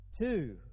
Two